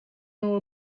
know